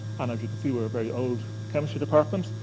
and as you can see, we're a very old chemistry department,